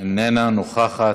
איננה נוכחת,